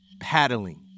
paddling